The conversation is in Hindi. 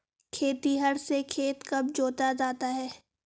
खेतिहर से खेत कब जोता जाता है?